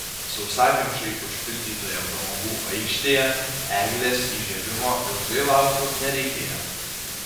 sausakimšai užpildytoje pramogų aikštėje eglės įžiebimo ilgai laukti nereikėjo